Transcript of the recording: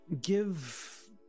give